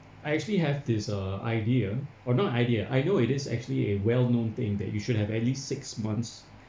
I actually have this uh idea or not idea I know it is actually a well known thing that you should have at least six months